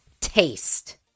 taste